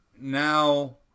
Now